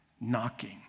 knocking